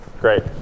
Great